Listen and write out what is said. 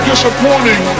disappointing